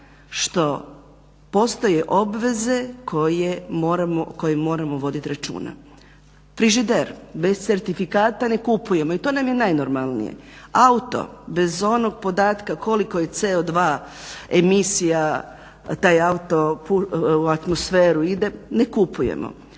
što postoje obveze o kojim moramo voditi računa. Frižider bez certifikata ne kupujemo i to nam je najnormalnije. Auto bez onog podatka koliko je CO2 emisija taj auto u atmosferu ide ne kupujemo.